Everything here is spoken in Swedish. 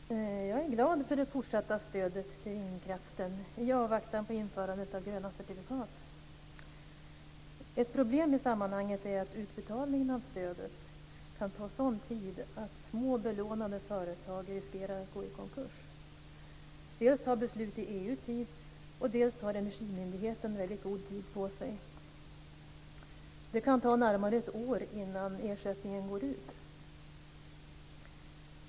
Fru talman! Jag är glad för det fortsatta stödet till vindkraften i avvaktan på införandet av gröna certifikat. Ett problem i sammanhanget är att utbetalningarna av stödet kan ta sådan tid att små belånade företag riskerar att gå i konkurs. Dels tar beslut i EU tid, dels tar Energimyndigheten väldigt god tid på sig. Det kan ta närmare ett år innan ersättningen går ut.